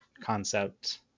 concept